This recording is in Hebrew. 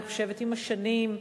שאני חושבת שעם השנים,